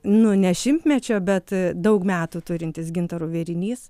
nu ne šimtmečio bet daug metų turintis gintaro vėrinys